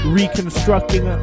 reconstructing